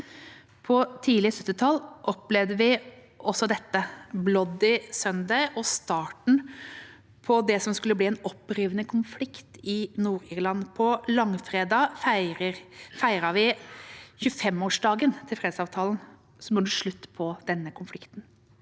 på 1970-tallet opplevde vi også dette: «Bloody Sunday» og starten på det som skulle bli en opprivende konflikt i Nord-Irland. På langfredag feiret vi 25-årsdagen til fredsavtalen som gjorde slutt på den konflikten.